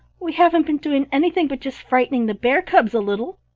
we haven't been doing anything but just frightening the bear cubs a little.